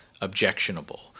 objectionable